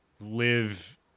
live